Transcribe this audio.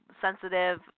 sensitive